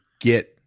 get